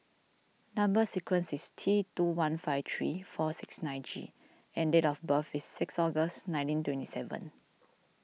Number Sequence is T two one five three four six nine G and date of birth is six August nineteen twenty seven